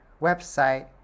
website